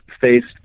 faced